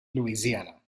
louisiana